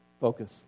focus